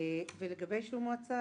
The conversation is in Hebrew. לגבי מועצה,